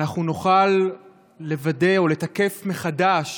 אנחנו נוכל לוודא או לתקף מחדש